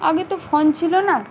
আগে তো ফোন ছিলো না